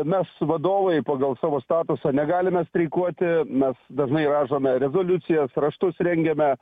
mes vadovai pagal savo statusą negalime streikuoti mes dažnai rašome rezoliucijas raštus rengiame